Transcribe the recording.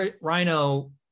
Rhino